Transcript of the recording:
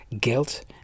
guilt